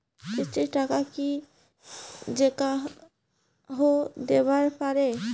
কিস্তির টাকা কি যেকাহো দিবার পাবে?